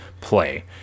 play